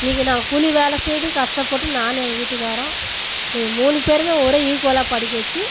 இன்றைக்கு நான் கூலி வேலை செய்து கஷ்டப்பட்டு நானும் எங்கள் வீட்டுக்காரரும் இன்றைக்கு மூணு பேருமே ஒரே ஈக்குவலாக படிக்க வச்சு